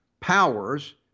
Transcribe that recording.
powers